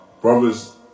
brothers